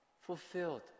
fulfilled